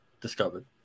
discovered